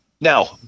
Now